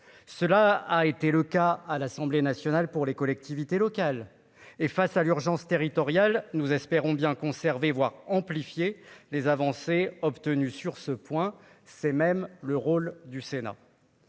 cela a été le cas à l'Assemblée nationale pour les collectivités locales et face à l'urgence territoriale, nous espérons bien conservé, voire amplifié les avancées obtenues sur ce point, c'est même le rôle du Sénat.